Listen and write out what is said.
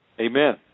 Amen